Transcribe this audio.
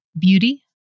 beauty